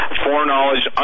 foreknowledge